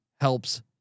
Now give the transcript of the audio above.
helps